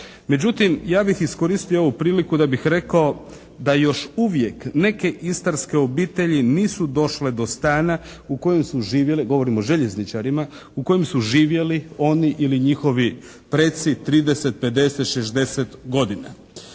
Međutim, ja bih iskoristio ovu priliku da bih rekao da još uvijek neke istarske obitelji nisu došle do stana u kojem su živjele, govorim o željezničarima u kojem su živjeli oni ili njihovi preci 30, 50, 60 godina.